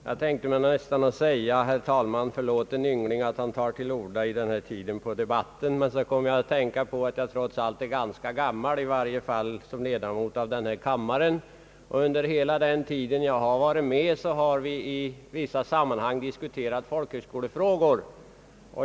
Jag tänkte nästan säga, herr talman, förlåt en yngling att han tar till orda vid denna tid av debatten, men jag kom att tänka på att jag trots allt är ganska gammal, i varje fall som ledamot av denna kammare, Under hela den tid jag har varit med här i riksdagen har vi diskuterat folkhögskolefrågor.